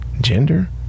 gender